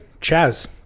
Chaz